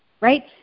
right